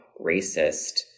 racist